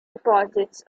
deposits